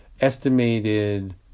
estimated